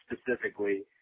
specifically